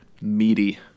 meaty